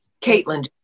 caitlin